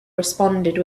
responded